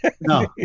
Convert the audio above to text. no